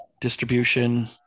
distribution